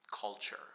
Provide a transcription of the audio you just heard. culture